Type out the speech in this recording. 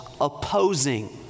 opposing